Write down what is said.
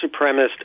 supremacist